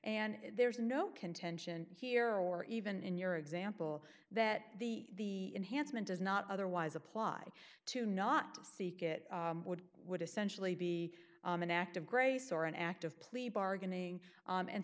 and there's no contention here or even in your example that the enhanced man does not otherwise apply to not seek it would would essentially be an act of grace or an act of plea bargaining and